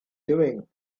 doing